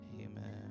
Amen